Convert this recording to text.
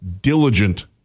diligent